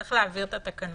צריך להעביר את התקנות.